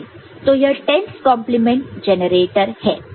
तो यह 10's complement generator 10's complement generator है